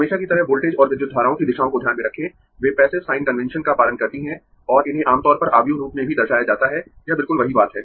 हमेशा की तरह वोल्टेज और विद्युत धाराओं की दिशाओं को ध्यान में रखें वे पैसिव साइन कन्वेंशन का पालन करती हैं और इन्हें आमतौर पर आव्यूह रूप में भी दर्शाया जाता है यह बिल्कुल वही बात है